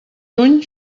lluny